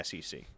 SEC